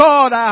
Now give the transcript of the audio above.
God